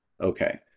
okay